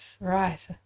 right